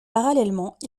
parallèlement